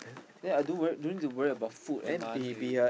then I don't worry don't have to worry about food and money already